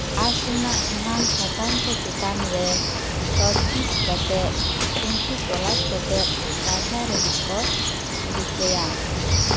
arts ᱨᱮᱱᱟᱜ ᱥᱟᱱᱟᱢ ᱥᱟᱛᱟᱢ ᱠᱚ ᱪᱮᱛᱟᱱ ᱨᱮ ᱛᱚᱡᱽ ᱵᱤᱡᱽ ᱠᱟᱛᱮᱫ ᱛᱩᱱᱠᱷᱤ ᱛᱚᱞᱟᱥ ᱠᱟᱛᱮᱫ ᱯᱟᱲᱦᱟᱣ ᱨᱮᱱᱟᱜ ᱠᱚ ᱨᱤᱠᱟᱹᱭᱟ